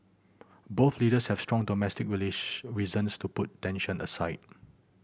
both leaders have strong domestic reasons to put tension aside